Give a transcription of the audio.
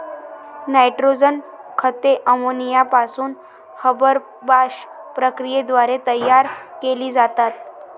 nitrogen खते ammonia पासून Haber Bosch प्रक्रियेद्वारे तयार केली जातात